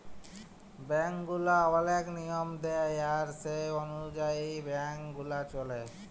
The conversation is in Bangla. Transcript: ব্যাংক গুলা ওলেক লিয়ম দেয় আর সে অলুযায়ী ব্যাংক গুলা চল্যে